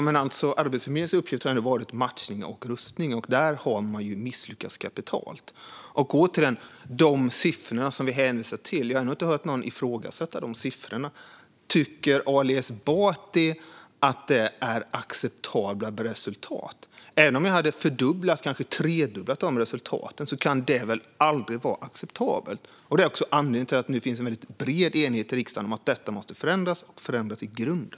Fru talman! Arbetsförmedlingens uppgift har varit matchning och rustning, och där har man misslyckats kapitalt. De siffror jag hänvisar till har jag ännu inte hört någon ifrågasätta. Tycker Ali Esbati att det är acceptabla resultat? Även om resultaten hade varit de dubbla eller tredubbla kan de aldrig vara acceptabla. Det här är anledningen till att det nu finns en bred enighet i riksdagen om att detta måste förändras i grunden.